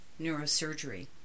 neurosurgery